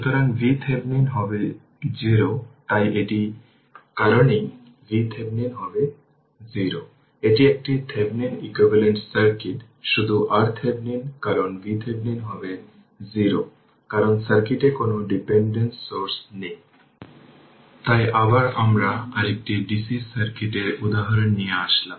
সুতরাং এটি 60 V হবে তার মানে যদি খুঁজে বের করতে চান তাহলে ইনিশিয়াল v x 0 কী তা হবে 3 20 অর্থাৎ 60 V